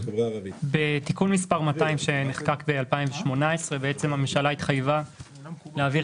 בתיקון מספר 200 שנחקק ב-2018 הממשלה התחייבה להעביר